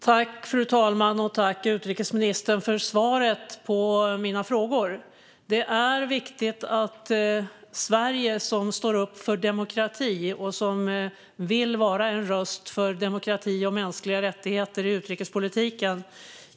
Fru talman! Jag tackar utrikesministern för svaret på mina frågor. Sverige står upp för demokrati och vill vara en röst för demokrati och mänskliga rättigheter i utrikespolitiken.